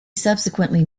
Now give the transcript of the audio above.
subsequently